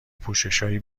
پوششهای